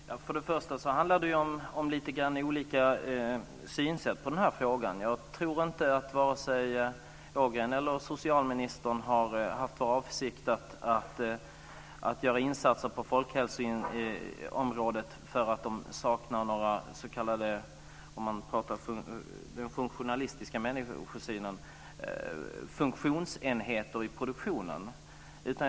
Fru talman! För det första handlar det om lite olika synsätt på den här frågan. Jag tror inte att vare sig Ågren eller socialministern har haft för avsikt att göra insatser på folkhälsoområdet därför att de saknar några, om man talar utifrån en funktionalistisk människosyn, funktionsenheter i produktionen.